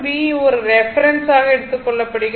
V ஒரு reference ஆக எடுத்துக் கொள்ளப்படுகிறது